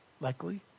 likely